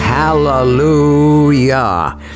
Hallelujah